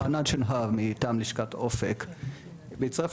בלשכת אופק רגב